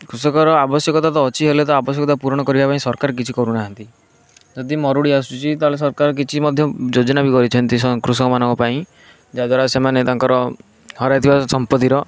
କୃଷକର ଆବଶ୍ୟକତା ତ ଅଛି ହେଲେ ତା ଆବଶ୍ୟକତା ପୂରଣ କରିବା ପାଇଁ ସରକାର କିଛି କରୁନାହାନ୍ତି ଯଦି ମରୁଡ଼ି ଆସୁଛି ତାହେଲେ ସରକାର କିଛି ମଧ୍ୟ ଯୋଜନା ବି କରିଛନ୍ତି କୃଷକମାନଙ୍କ ପାଇଁ ଯାହାଦ୍ଵାରା ସେମାନେ ତାଙ୍କର ହରାଇଥିବା ସମ୍ପତିର